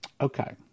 Okay